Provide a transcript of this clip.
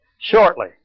shortly